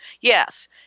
Yes